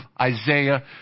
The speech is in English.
Isaiah